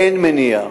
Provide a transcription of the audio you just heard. אין מניעה,